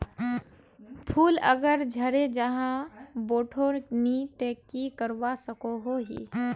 फूल अगर झरे जहा बोठो नी ते की करवा सकोहो ही?